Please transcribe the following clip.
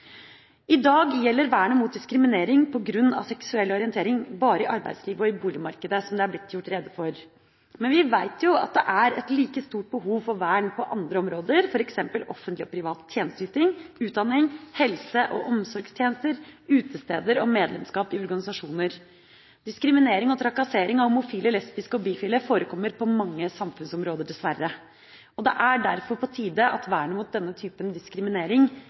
I dag gjelder vernet mot diskriminering på grunn av seksuell orientering bare i arbeidslivet og i boligmarkedet, som det er blitt gjort rede for. Men vi vet jo at det er et like stort behov for vern på andre områder, f.eks. offentlig og privat tjenesteyting, utdanning, helse- og omsorgstjenester, utesteder og medlemskap i organisasjoner. Diskriminering og trakassering av homofile, lesbiske og bifile forekommer dessverre på mange samfunnsområder, og det er derfor på tide at vernet mot denne typen diskriminering